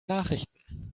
nachrichten